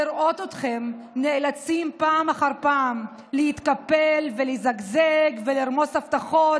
לראות אתכם נאלצים פעם אחר פעם להתקפל ולזגזג ולרמוס הבטחות